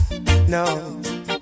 No